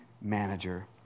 manager